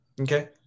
Okay